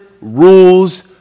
rules